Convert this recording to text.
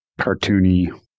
Cartoony